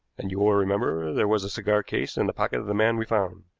and you will remember there was a cigar case in the pocket of the man we found.